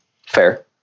Fair